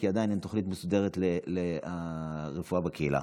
כי עדיין אין תוכנית מסודרת לרפואה בקהילה.